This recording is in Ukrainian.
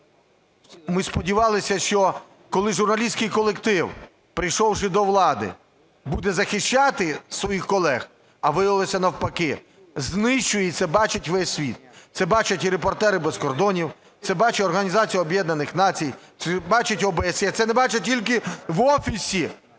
Ми сподівалися, що журналістський колектив, прийшовши до влади, буде захищати своїх колег, а виявилося навпаки – знищується і бачить весь світ. Це бачать і "Репортери без кордонів", це бачить Організація Об'єднаних Націй, це бачить ОБСЄ. Це не бачать тільки в Офісі